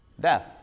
death